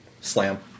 Slam